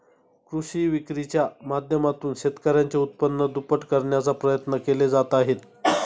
कृषी विक्रीच्या माध्यमातून शेतकऱ्यांचे उत्पन्न दुप्पट करण्याचा प्रयत्न केले जात आहेत